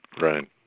Right